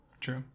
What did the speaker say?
True